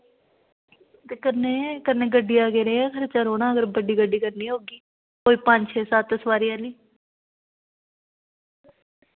ते कन्नै कन्नै गड्डी दा कनेहा खर्चा रौह्ना अगर बड्डी गड्डी करनी होगी कोई पंज छे सत्त सोआरी आह्ली